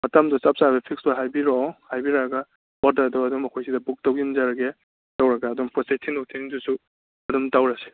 ꯃꯇꯝꯗꯨ ꯆꯞ ꯆꯥꯕꯤ ꯐꯤꯛꯁꯇꯣ ꯍꯥꯏꯕꯤꯔꯛꯑꯣ ꯍꯥꯏꯕꯤꯔꯛꯑꯒ ꯑꯣꯔꯗꯔꯗꯨ ꯑꯗꯨꯝ ꯑꯩꯈꯣꯏ ꯁꯤꯗ ꯕꯨꯛ ꯇꯧꯁꯤꯟꯖꯔꯒꯦ ꯇꯧꯔꯒ ꯑꯗꯨꯝ ꯄꯣꯠ ꯆꯩ ꯊꯤꯟꯗꯣꯛ ꯊꯤꯟꯖꯤꯟꯗꯨꯁꯨ ꯑꯗꯨꯝ ꯇꯧꯔꯁꯤ